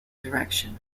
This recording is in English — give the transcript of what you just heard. direction